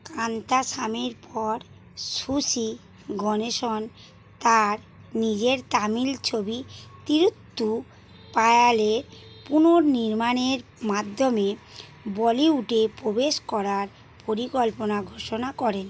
কান্তাস্বামীর পর সুশি গণেশন তার নিজের তামিল ছবি তিরুত্তু পায়ালের পুনর্নির্মাণের মাধ্যমে বলিউডে প্রবেশ করার পরিকল্পনা ঘোষণা করেন